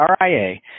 RIA